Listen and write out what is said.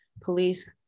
police